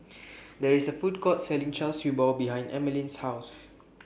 There IS A Food Court Selling Char Siew Bao behind Emmaline's House